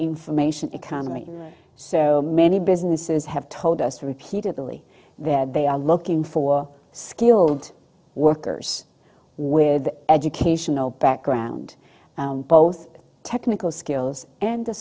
information economy so many businesses have told us repeatedly that they are looking for skilled workers with educational background both technical skills and the